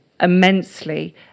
immensely